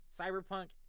cyberpunk